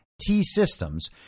T-Systems